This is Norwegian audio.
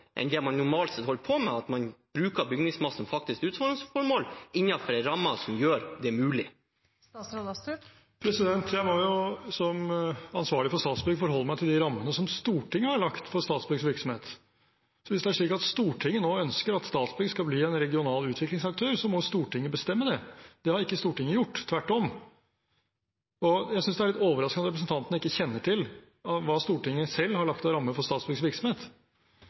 ramme som gjør det mulig? Jeg må jo som ansvarlig for Statsbygg forholde meg til de rammene som Stortinget har lagt for Statsbyggs virksomhet. Hvis det er slik at Stortinget nå ønsker at Statsbygg skal bli en regional utviklingsaktør, så må Stortinget bestemme det. Det har ikke Stortinget gjort – tvert om. Jeg synes det er litt overraskende at representanten ikke kjenner til hva Stortinget selv har lagt av rammer for Statsbyggs virksomhet.